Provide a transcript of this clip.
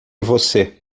você